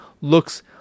looks